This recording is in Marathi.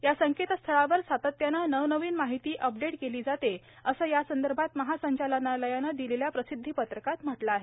या संकेतस्थळावर सातत्याने नवनवीन माहिती अपडेट केली जाते असे यासंदर्भात महासंचालनालयाने दिलेल्या प्रसिद्धी पत्रकात म्हंटले आहे